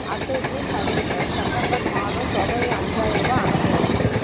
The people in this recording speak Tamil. அத்தைக்கு செப்டம்பர் மாதம் தொகையை அஞ்சாயிரம் ரூபாய் அனுப்பவும்